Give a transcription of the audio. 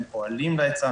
הם פועלים בעניין היצע.